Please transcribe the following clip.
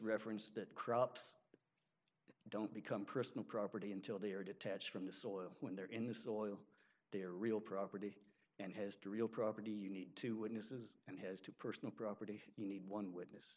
reference that crops don't become personal property until they are detached from the soil when they're in the soil they are real property and has to real property you need two witnesses and has two personal property you need one witness